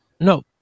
no